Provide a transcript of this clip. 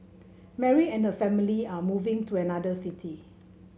Mary and her family were moving to another city